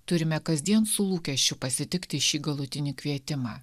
turime kasdien su lūkesčiu pasitikti šį galutinį kvietimą